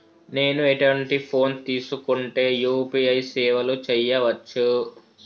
నేను ఎటువంటి ఫోన్ తీసుకుంటే యూ.పీ.ఐ సేవలు చేయవచ్చు?